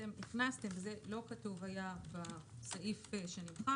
אתם הכנסתם, וזה לא היה כתוב בסעיף שנמחק: